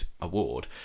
award